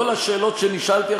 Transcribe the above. לא על השאלות שנשאלתי,